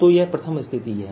तो यह प्रथम स्थिति है